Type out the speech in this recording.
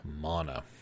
mana